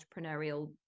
entrepreneurial